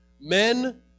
Men